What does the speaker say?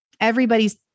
everybody's